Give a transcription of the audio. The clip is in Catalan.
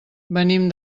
venim